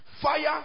fire